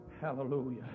Hallelujah